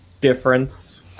Difference